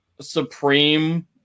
Supreme